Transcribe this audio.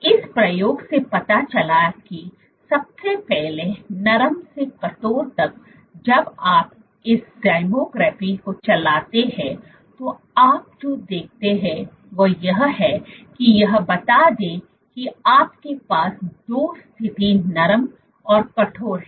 तो इस प्रयोग से पता चला कि सबसे पहले नरम से कठोर तक जब आप इस झैमोग्राफी को चलाते हैं तो आप जो देखते हैं वह यह है कि यह बता दें कि आपके पास दो स्थिति नरम और कठोर है